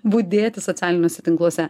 budėti socialiniuose tinkluose